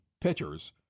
pitchers